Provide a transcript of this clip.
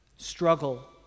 struggle